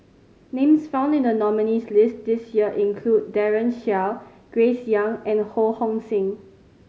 names found in the nominees' list this year include Daren Shiau Grace Young and Ho Hong Sing